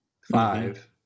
five